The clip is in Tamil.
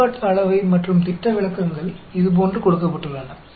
மாறுபாட்டு அளவை மற்றும் திட்டவிலக்கங்கள் இதுபோன்று கொடுக்கப்பட்டுள்ளன